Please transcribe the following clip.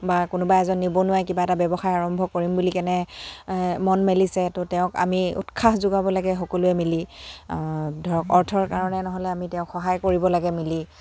বা কোনোবা এজন নিবনুৱাই কিবা এটা ব্যৱসায় আৰম্ভ কৰিম বুলি কেনে মন মেলিছে ত' তেওঁক আমি উৎসাহ যোগাব লাগে সকলোৱে মিলি ধৰক অৰ্থৰ কাৰণে নহ'লে আমি তেওঁক সহায় কৰিব লাগে মিলি